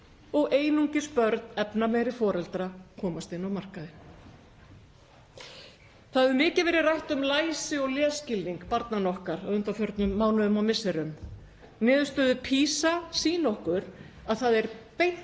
og einungis börn efnameiri foreldra komast inn á markaðinn. Það hefur mikið verið rætt um læsi og lesskilning barnanna okkar á undanförnum mánuðum og misserum. Niðurstöður PISA sýna okkur að það er beint